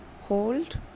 hold